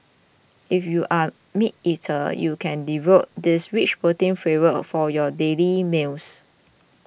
if you are meat eaters you can devour this rich protein flavor for your daily meals